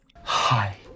hi